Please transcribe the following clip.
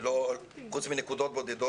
חוץ מנקודות בודדות,